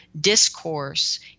discourse